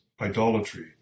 idolatry